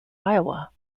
iowa